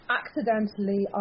accidentally